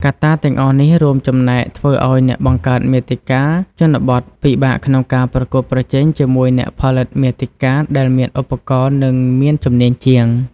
កត្តាទាំងអស់នេះរួមចំណែកធ្វើឲ្យអ្នកបង្កើតមាតិកាជនបទពិបាកក្នុងការប្រកួតប្រជែងជាមួយអ្នកផលិតមាតិកាដែលមានឧបករណ៍ និងមានជំនាញជាង។